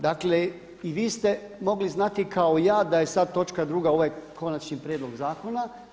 Dakle i vi ste mogli znati kao i ja da je sada točka druga ovaj konačni prijedlog zakona.